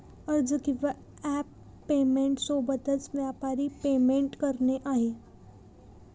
अर्ज किंवा app payment सोबतच, व्यापारी पेमेंट करणे आहे